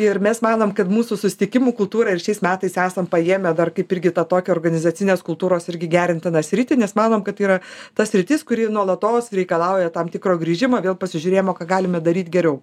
ir mes manom kad mūsų susitikimų kultūra ir šiais metais esam paėmę dar kaip irgi tą tokią organizacinės kultūros irgi gerintiną sritį nes manom kad tai yra ta sritis kuri nuolatos reikalauja tam tikro grįžimo vėl pasižiūrėjimo ką galime daryt geriau